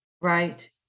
right